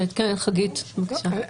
חגית, בבקשה.